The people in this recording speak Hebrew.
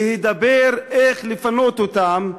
להידבר איך לפנות אותם,